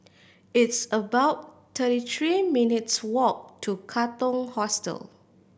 it's about thirty three minutes' walk to Katong Hostel